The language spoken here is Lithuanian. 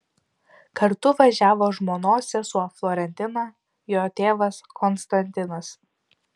kartu važiavo žmonos sesuo florentina jo tėvas konstantinas